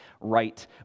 right